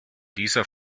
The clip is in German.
dieser